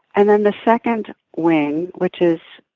and then the second wing, which is,